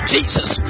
Jesus